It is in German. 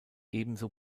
ebenso